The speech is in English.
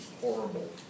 horrible